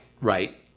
right